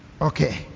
Okay